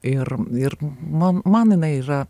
ir ir man man jinai yra